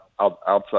outside